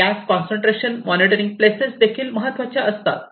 gas concentration monitoring places देखील महत्त्वाच्या असतात